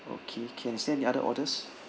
okay can is any other orders